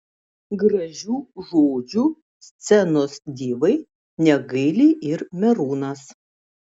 gražių žodžių scenos divai negaili ir merūnas